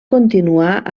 continuar